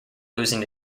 losing